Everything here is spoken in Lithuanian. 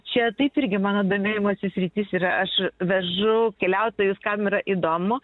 čia taip irgi mano domėjimosi sritis ir aš vežu keliautojus kam yra įdomu